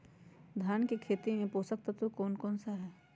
धान की खेती में पोषक तत्व कौन कौन सा है?